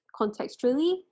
contextually